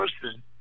person